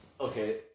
okay